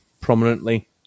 prominently